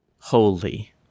holy